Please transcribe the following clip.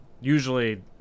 Usually